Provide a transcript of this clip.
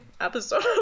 episode